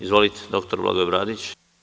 Izvolite, dr Blagoje Bradić.